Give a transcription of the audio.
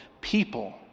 people